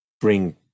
bring